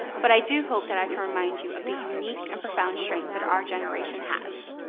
but i do hope that i can remind you of the unique and profound strength that our generation has.